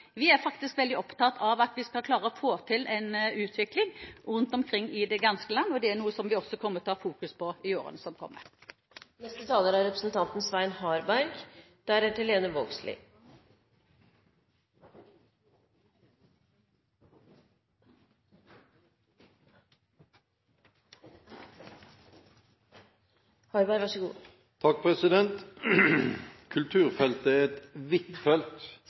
Vi er faktisk veldig opptatt av at vi skal klare å få til en utvikling rundt omkring i det ganske land, og det er noe vi kommer til å ha fokus på i årene som kommer. Kulturfeltet er et